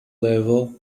level